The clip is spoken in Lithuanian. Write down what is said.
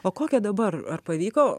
o kokia dabar ar pavyko